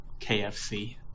KFC